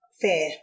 fair